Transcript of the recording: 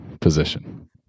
position